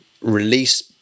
release